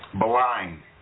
blind